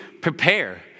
prepare